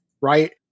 right